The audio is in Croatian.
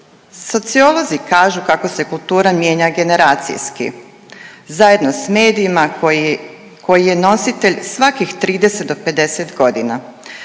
Sociolozi kako se kultura mijenja generacijski, zajedno s medijima koji je nositelj svakih 30 do 50 godina.